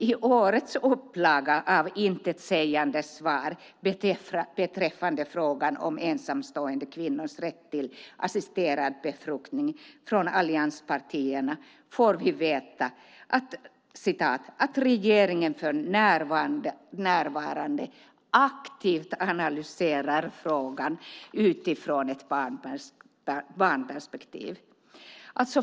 I årets upplaga av intetsägande svar från allianspartierna beträffande frågan om ensamstående kvinnors rätt till assisterad befruktning får vi veta att "regeringen för närvarande aktivt analyserar frågan utifrån ett barnperspektiv".